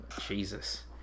Jesus